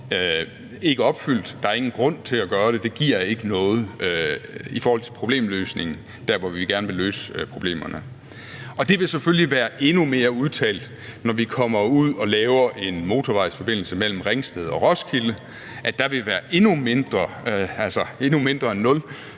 ikke opfyldt. Der er ingen grund til at gøre det, det giver ikke noget i forhold til problemløsning der, hvor vi gerne vil løse problemerne. Og det vil selvfølgelig være endnu mere udtalt, når vi kommer ud og laver en motorvejsforbindelse mellem Ringsted og Roskilde, altså at der vil være endnu mindre end